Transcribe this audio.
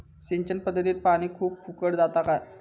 सिंचन पध्दतीत पानी खूप फुकट जाता काय?